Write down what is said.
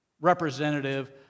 representative